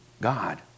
God